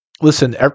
listen